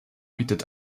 bietet